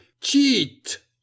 cheat